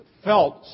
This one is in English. felt